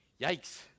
Yikes